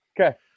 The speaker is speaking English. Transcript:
Okay